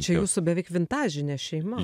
čia jūsų beveik vintažinė šeima